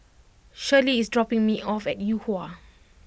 Shirlie is dropping me off at Yuhua